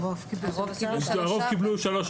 הרוב קיבלו 3,